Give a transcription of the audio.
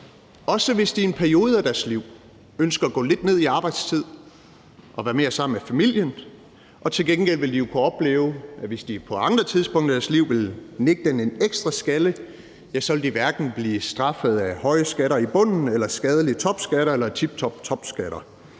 også hvis de i en periode af deres liv ønsker at gå lidt ned i arbejdstid og være mere sammen med familien. Til gengæld vil de kunne opleve, at hvis de på andre tidspunkter i deres liv vil give den en ekstra skalle, vil de hverken blive straffet af høje skatter i bunden, skadelige topskatter eller tiptoptopskatter,